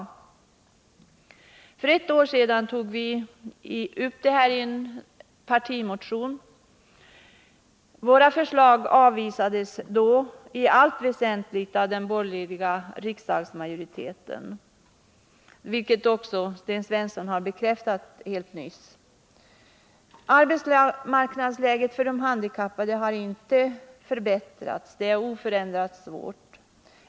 För ett år sedan tog vi i en socialdemokratisk partimotion upp de handikappades situation på arbetsmarknaden. Våra förslag avvisades då i allt väsentligt av den borgerliga riksdagsmajoriteten, vilket också Sten Svensson nyss bekräftade. Arbetsmarknadsläget för de handikappade har inte förbättrats — det är oförändrat svårt.